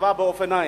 רכיבה על אופניים,